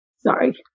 sorry